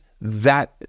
that-